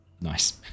nice